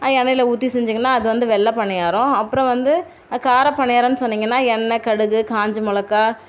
அதை எண்ணெயில் ஊற்றி செஞ்சிங்கன்னா அது வந்து வெள்ளை பணியாரம் அப்புறம் வந்து கார பனியாரம்னு சொன்னிங்கன்னா எண்ணெய் கடுகு காஞ்ச மிளகா